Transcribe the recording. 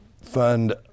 fund